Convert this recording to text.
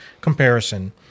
comparison